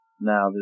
now